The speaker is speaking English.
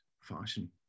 fashion